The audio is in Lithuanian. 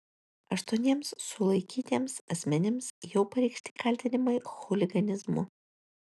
aštuoniems sulaikytiems asmenims jau pareikšti kaltinimai chuliganizmu